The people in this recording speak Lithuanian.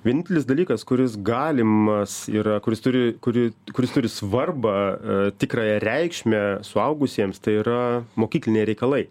vienintelis dalykas kuris galimas yra kuris turi kuri kuris turi svarbą tikrąją reikšmę suaugusiems tai yra mokykliniai reikalai